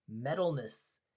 metalness